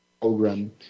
program